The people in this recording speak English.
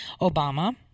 Obama